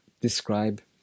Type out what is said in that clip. describe